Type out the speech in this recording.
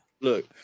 look